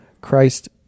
Christ